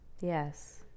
Yes